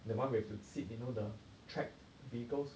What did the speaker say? the one we have to sit you know the tracked vehicles